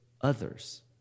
others